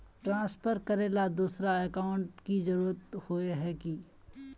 Transfer करेला दोसर account की जरुरत होय है की?